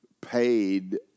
paid